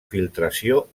filtració